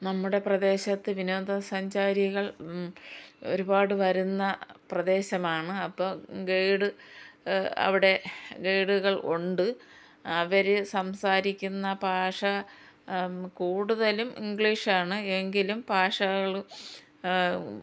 നമ്മുടെ പ്രദേശത്ത് വിനോദസഞ്ചാരികൾ ഒരുപാട് വരുന്ന പ്രദേശമാണ് അപ്പം ഗൈഡ് അവിടെ ഗൈഡുകൾ ഉണ്ട് അവർ സംസാരിക്കുന്ന ഭാഷ കൂടുതലും ഇംഗ്ലീഷ് ആണ് എങ്കിലും ഭാഷകളും